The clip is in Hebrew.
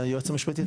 היועץ המשפטי,